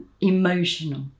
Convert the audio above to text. emotional